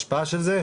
השפעה של זה,